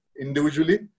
individually